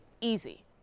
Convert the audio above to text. easy